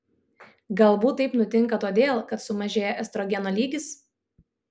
galbūt taip nutinka todėl kad sumažėja estrogeno lygis